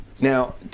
now